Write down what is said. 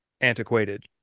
antiquated